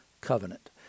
Covenant